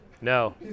No